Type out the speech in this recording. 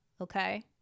Okay